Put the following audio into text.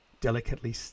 delicately